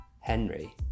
Henry